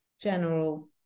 general